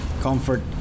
comfort